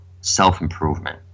self-improvement